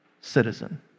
citizen